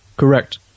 Correct